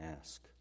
ask